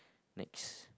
next